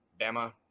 Bama